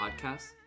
podcast